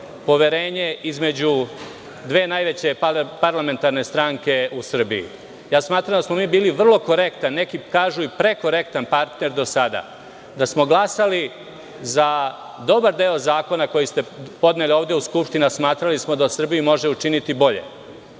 poverenje između dve najveće parlamentarne stranke u Srbiji. Smatram da smo mi bili vrlo korektan partner do sada, da smo glasali za dobar deo zakona koji ste podneli ovde u Skupštini, a smatrali da Srbiji može učiniti bolje,